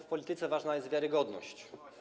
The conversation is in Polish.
W polityce ważna jest wiarygodność.